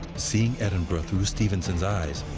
seeing edinburgh through stevenson's eyes,